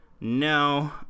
no